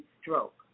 stroke